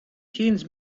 teens